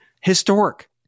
historic